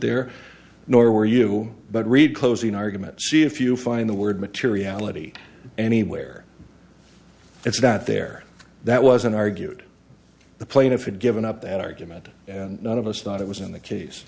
there nor were you but read closing argument see if you find the word materiality anywhere it's not there that wasn't argued the plaintiff had given up that argument none of us thought it was in the case